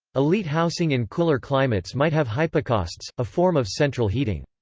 elite housing in cooler climates might have hypocausts, a form of central heating.